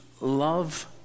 love